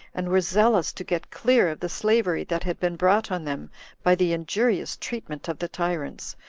and were zealous to get clear of the slavery that had been brought on them by the injurious treatment of the tyrants,